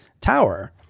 tower